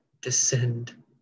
descend